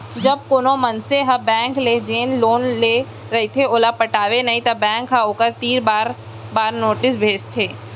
जब कोनो मनसे ह बेंक ले जेन लोन ले रहिथे ओला पटावय नइ त बेंक ह ओखर तीर बार बार नोटिस भेजथे